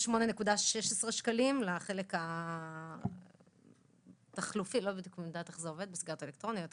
מ-270%+8.16 שקלים לחלק -- מס קנייה